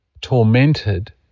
tormented